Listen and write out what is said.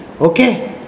okay